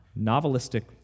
novelistic